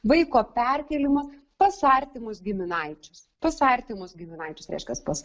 vaiko perkėlimą pas artimus giminaičius pas artimus giminaičius reiškias pas